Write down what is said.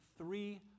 Three